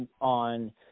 on